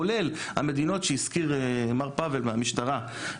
כולל המדינות שהזכיר מר פבל מהמשטרה,